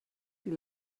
die